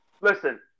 listen